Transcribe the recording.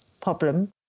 problem